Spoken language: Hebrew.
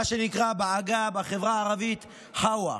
מה שנקרא בעגה בחברה הערבית חאווה.